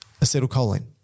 acetylcholine